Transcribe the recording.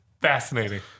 fascinating